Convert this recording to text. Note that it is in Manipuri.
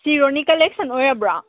ꯁꯤ ꯔꯣꯅꯤ ꯀꯂꯦꯛꯁꯟ ꯑꯣꯏꯔꯕ꯭ꯔꯣ